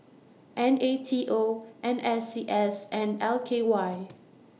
N A T O N S C S and L K Y